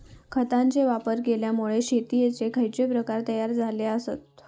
खतांचे वापर केल्यामुळे शेतीयेचे खैचे प्रकार तयार झाले आसत?